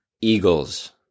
Eagles